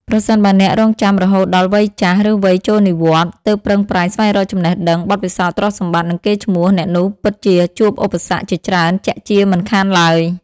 ប្រសិនបើអ្នករង់ចាំរហូតដល់វ័យចាស់ ឬវ័យចូលនិវត្តន៍ ទើបប្រឹងប្រែងស្វែងរកចំណេះដឹង បទពិសោធន៍ ទ្រព្យសម្បត្តិ និងកេរ្ដិ៍ឈ្មោះ អ្នកនោះពិតជាជួបឧបសគ្គជាច្រើនជាក់ជាមិនខានឡើយ។